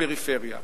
הפריפריה,